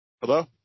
Hello